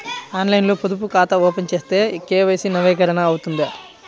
ఆన్లైన్లో పొదుపు ఖాతా ఓపెన్ చేస్తే కే.వై.సి నవీకరణ అవుతుందా?